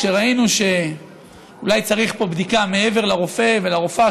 כשראינו שאולי צריך פה בדיקה מעבר לרופא ולרופאה